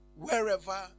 wherever